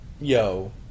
yo